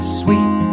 sweet